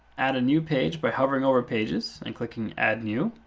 add a new page by hovering over pages, and clicking add new.